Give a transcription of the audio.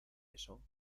eso